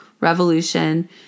revolution